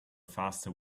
faster